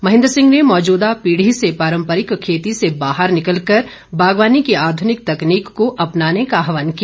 मेहेन्द्र सिंह ने मौजूदा पीढ़ी से पारम्परिक खेती से बाहर निकल कर बागवानी की आध्रनिक तकनीक को अपनाने का आहवान किया